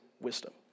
wisdom